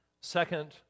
second